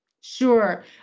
Sure